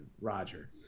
Roger